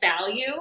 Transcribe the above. value